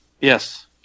Yes